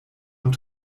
und